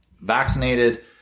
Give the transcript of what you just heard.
vaccinated